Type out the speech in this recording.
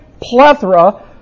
plethora